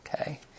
okay